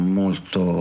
molto